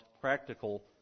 practical